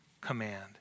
command